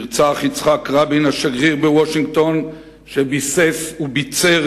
נרצח יצחק רבין השגריר בוושינגטון שביסס וביצר